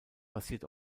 basiert